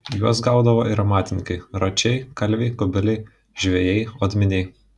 juos gaudavo ir amatininkai račiai kalviai kubiliai žvejai odminiai